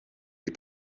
les